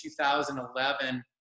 2011